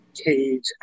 Cage